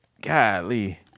golly